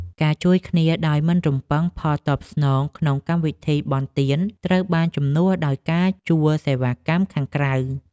ការជួយគ្នាដោយមិនរំពឹងផលតបស្នងក្នុងកម្មវិធីបុណ្យទានត្រូវបានជំនួសដោយការជួលសេវាកម្មខាងក្រៅ។